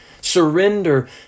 Surrender